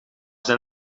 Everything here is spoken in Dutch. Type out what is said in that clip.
zijn